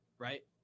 Right